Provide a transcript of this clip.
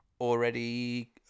already